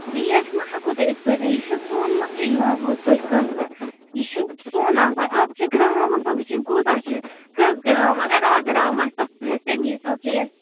rate مَہ ہٮ۪کو تۄہہِ اِتھ پٲٹھۍ یہِ چھُ سۄن مَہ چھِ یِوان ہُتھ پٲٹھۍ کٕنٛنہٕ یہِ چھِ سۄن آسان اَتھ چھِ گرٛام آسان وٕچھِنۍ کوٗتاہ چھِ کٔژ گرٛام اَگر اَکھ گرٛام آسہِ تَتھ سُہ گژھِ تَمی حساب ریٹ